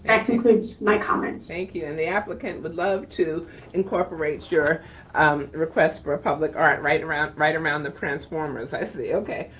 that concludes my comments. thank you. and the applicant would love to incorporate your requests for a public art, right around right around the transformers. i see, okay.